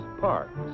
parks